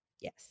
Yes